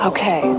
Okay